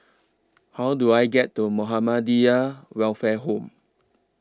How Do I get to Muhammadiyah Welfare Home